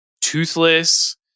toothless